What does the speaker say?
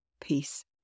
peace